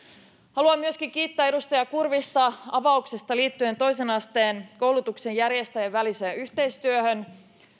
haluan myöskin kiittää edustaja kurvista avauksesta liittyen toisen asteen koulutuksen järjestäjien väliseen yhteistyöhön